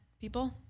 people